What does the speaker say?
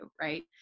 right